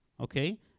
okay